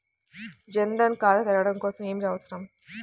జన్ ధన్ ఖాతా తెరవడం కోసం ఏమి అవసరం?